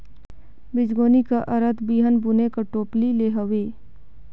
बीजगोनी कर अरथ बीहन बुने कर टोपली ले हवे